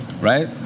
Right